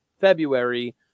February